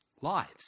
lives